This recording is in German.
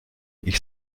ich